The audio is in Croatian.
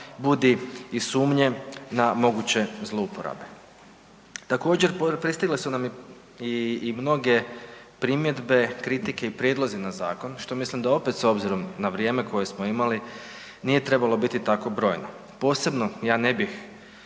budi i sumnje na moguće zlouporabe. Također pristigle su nam i mnoge primjedbe, kritike i prijedlozi na zakon što mislim da opet s obzirom na vrijeme koje smo imali nije trebalo biti tako brojno. Posebno ja ne bih